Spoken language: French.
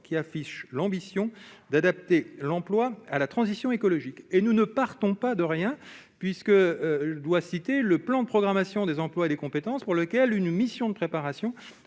qui affiche l'ambition d'adapter l'emploi à la transition écologique et nous ne partons pas de rien, puisque le doigt citer le plan de programmation des emplois et des compétences, pour lequel une mission de préparation